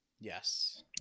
yes